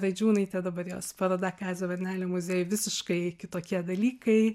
radžiūnaitė dabar jos paroda kazio varnelio muziejuj visiškai kitokie dalykai